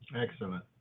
Excellent